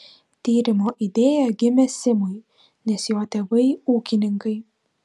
tyrimo idėja gimė simui nes jo tėvai ūkininkai